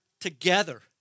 together